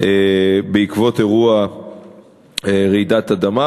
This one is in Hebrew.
בעקבות אירוע רעידת אדמה,